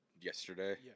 yesterday